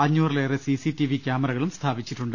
അഞ്ഞൂറിലേറെ CCTV ക്യാമറകളും സ്ഥാപിച്ചി ട്ടുണ്ട്